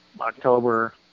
October